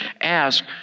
ask